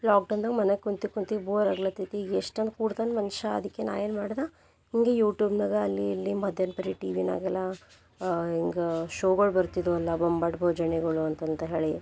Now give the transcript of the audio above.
ಲಾಕ್ಡೌನ್ದಾಗ ಮನೆಗ ಕುಂತಿ ಕುಂತಿ ಬೋರ್ ಆಗ್ಲತ್ತೈತಿ ಈಗ ಎಷ್ಟಂದು ಕೂಡ್ತಾನ ಮನುಷ್ಯ ಅದಕ್ಕೆ ನಾನು ಏನು ಮಾಡ್ದೆ ಹೀಗೆ ಯೂಟ್ಯೂಬ್ನಾಗ ಅಲ್ಲಿ ಇಲ್ಲಿ ಟಿ ವಿನಾಗೆಲ್ಲ ಹಿಂಗೆ ಶೋಗಳು ಬರ್ತಿದ್ವಲ್ಲ ಬೊಂಬಾಟ್ ಭೋಜನಗಳು ಅಂತಂತ ಹೇಳಿ